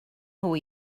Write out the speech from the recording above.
nhw